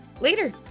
later